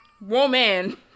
Woman